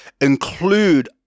include